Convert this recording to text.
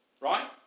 Right